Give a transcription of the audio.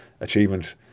achievement